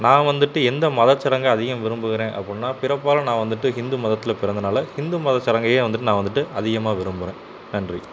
நான் வந்துவிட்டு எந்த மதச் சடங்கை அதிகம் விரும்புகிறேன் அப்புடினா பிறப்பால் நான் வந்துவிட்டு ஹிந்து மதத்தில் பிறந்ததுனால ஹிந்து மத சடங்கையே வந்துவிட்டு நான் வந்துவிட்டு அதிகமாக விரும்புகிறேன் நன்றி